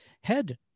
head